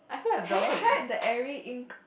have you try the every ink